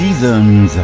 Seasons